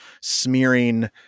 smearing